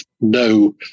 no